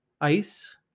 ICE